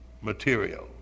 material